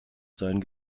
sein